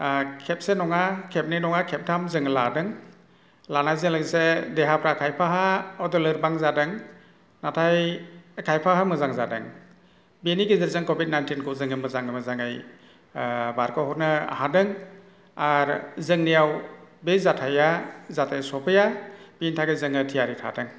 खेबसे नङा खेबनै नङा खेबथाम जों लादों लानायजों लोगोसे देहाफ्रा खायफाहा हयथ' लोरबां जादों नाथाय खायफाहा मोजां जादों बिनि गेजेरजों कभिड नाइटिनखौ जोङो मोजां मैजाङै बारग'होनो हादों आर जोंनियाव बे जाथाइआ जाथाइ सफैया बिनि थाखाय जों थियारि थादों